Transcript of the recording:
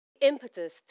Impetus